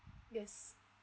yes